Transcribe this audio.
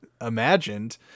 imagined